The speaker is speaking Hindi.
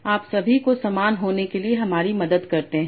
आप सभी को समान होने के लिए हमारी मदद करते हैं